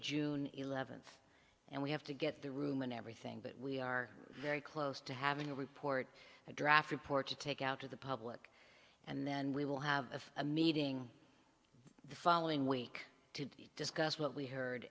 june eleventh and we have to get the room and everything but we are very close to having a report a draft report to take out to the public and then we will have a meeting the following week to discuss what we heard